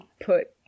put